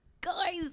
guys